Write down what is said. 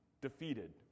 defeated